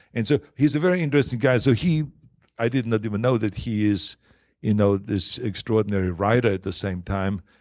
and so he's a very interesting guy. so i did not even know that he is you know this extraordinary writer at the same time,